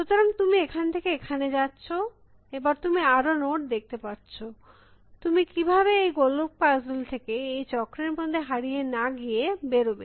সুতরাং তুমি এখান থেকে এখানে যাচ্ছ এবার তুমি আরো নোড দেখতে পারছ তুমি কিভাবে একটি গোলকপাজেল থেকে এই চক্রের মধ্যে হারিয়ে না গিয়ে কিভাবে বেরোবে